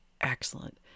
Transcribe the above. excellent